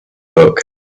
book